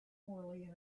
poorly